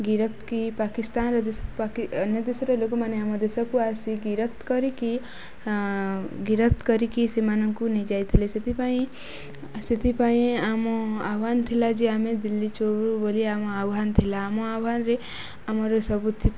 ଗିରଫ କିି ପାକିସ୍ତାନର ଦେଶ ଅନ୍ୟ ଦେଶର ଲୋକମାନେ ଆମ ଦେଶକୁ ଆସି ଗିରଫ କରିକି ଗିରଫ କରିକି ସେମାନଙ୍କୁ ନେଇଯାଇଥିଲେ ସେଥିପାଇଁ ସେଥିପାଇଁ ଆମ ଆହ୍ୱାନ ଥିଲା ଯେ ଆମେ ଦିଲ୍ଲୀ ବୋଲି ଆମ ଆହ୍ୱାନ ଥିଲା ଆମ ଆହ୍ୱାନରେ ଆମର ସବୁଥି